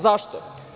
Zašto?